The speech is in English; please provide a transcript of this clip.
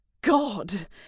God